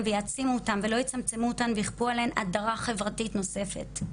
ויעצימו אותם ולא יצמצמו אותן ויחפו עליהן האדרה חברתית נוספת.